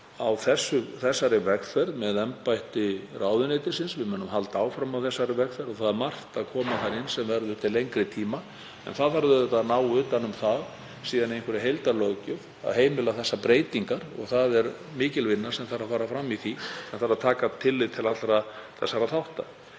á þessari vegferð með embætti ráðuneytisins, við munum halda áfram á þeirri vegferð og margt er að koma þar inn sem verður til lengri tíma. En auðvitað verður síðan að ná utan um það í einhverri heildarlöggjöf að heimila þessar breytingar. Það er mikil vinna sem þarf að fara fram í því sem þarf að taka tillit til allra þessara þátta.